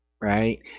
right